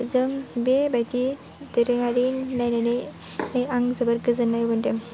जों बेबायदि दोरोङारि नायनानै आं जोबोर गोजोन्नाय मोनदों